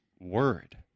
word